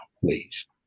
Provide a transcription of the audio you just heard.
please